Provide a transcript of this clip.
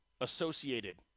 associated